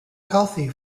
healthy